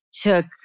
took